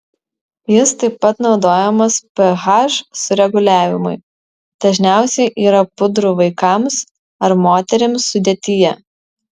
jis taip pat naudojamas ph sureguliavimui dažniausiai yra pudrų vaikams ar moterims sudėtyje